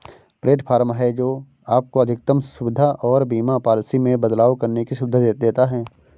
platform है, जो आपको अधिकतम सुविधा और बीमा पॉलिसी में बदलाव करने की सुविधा देता है